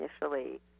initially